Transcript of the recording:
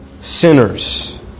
sinners